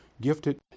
gifted